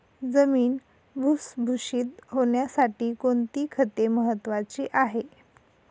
जमीन भुसभुशीत होण्यासाठी कोणती खते महत्वाची आहेत?